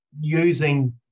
using